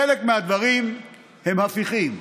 חלק מהדברים הם הפיכים,